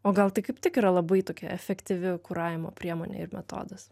o gal tai kaip tik yra labai tokia efektyvi kuravimo priemonė ir metodas